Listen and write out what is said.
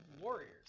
warriors